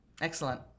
excellent